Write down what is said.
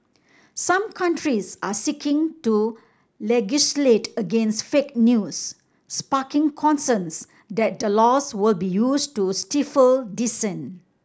some countries are seeking to legislate against fake news sparking concerns that the laws will be used to stifle dissent